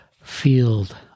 Field